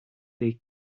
they